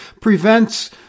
prevents